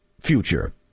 future